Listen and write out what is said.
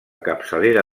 capçalera